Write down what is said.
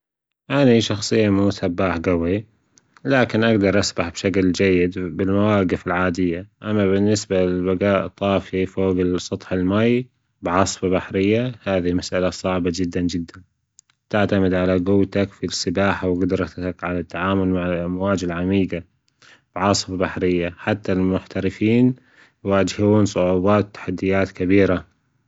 أني شخصيا مو سباح جوي، لكن أجدر أسبح بشكل جيد بالمواجف العادية، أما بالنسبة للبجاء طافي فوج سطح الماي بعاصفة بحرية هذي مسألة صعبة جدا جدا، تعتمد على جوتك في السباحة وجدرتك على التعامل مع الأمواج العميجة بعاصفة بحرية حتى المحترفين يواجهون صعوبات تحديات كبيرة.